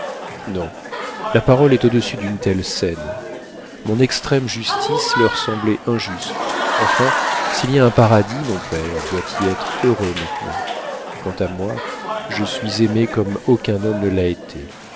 non la parole est au-dessous d'une telle scène mon extrême justice leur semblait injuste enfin s'il y a un paradis mon père doit y être heureux maintenant quant à moi je suis aimé comme aucun homme ne l'a été